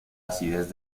acidez